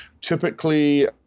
Typically